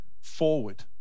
forward